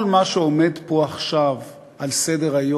כל מה שעומד פה עכשיו על סדר-היום